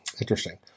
Interesting